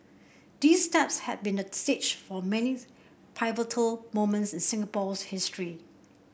these steps had been the stage for many pivotal moments in Singapore's history